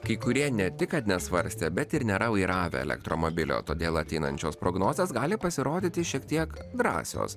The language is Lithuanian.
kai kurie ne tik kad nesvarstė bet ir nėra vairavę elektromobilio todėl ateinančios prognozės gali pasirodyti šiek tiek drąsios